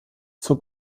zur